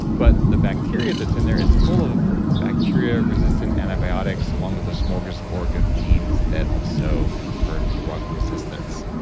but, the bacteria that's in there is full of bacteria resistant antibiotics along with a smorgasbord of genes that also confer drug resistance.